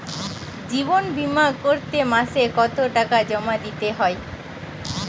জীবন বিমা করতে মাসে কতো টাকা জমা দিতে হয়?